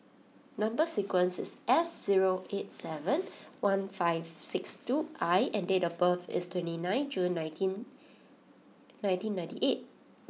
number sequence is S zero eight seven one five six two I and date of birth is twenty nine June nineteen nineteen ninety eight